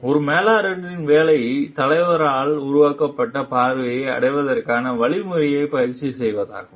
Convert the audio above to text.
ஒரு மேலாளரின் வேலை தலைவரால் உருவாக்கப்பட்ட பார்வையை அடைவதற்கான வழிமுறையைப் பயிற்சி செய்வதாகும்